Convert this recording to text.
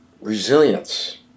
resilience